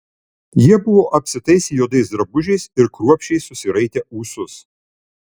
jie buvo apsitaisę juodais drabužiais ir kruopščiai susiraitę ūsus